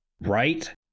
Right